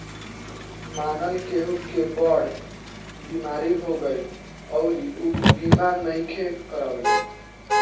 मानल केहु के बड़ बीमारी हो गईल अउरी ऊ बीमा नइखे करवले